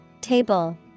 Table